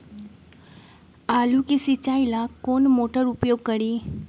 आलू के सिंचाई ला कौन मोटर उपयोग करी?